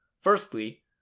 Firstly